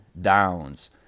downs